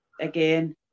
again